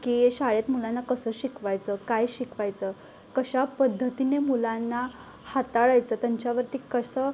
की शाळेत मुलांना कसं शिकवायचं काय शिकवायचं कशा पद्धतीने मुलांना हाताळायचं त्यांच्यावरती कसं